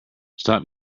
stop